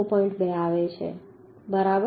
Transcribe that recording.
2 આવે છે બરાબર